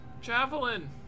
Javelin